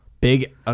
Big